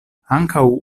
ankaŭ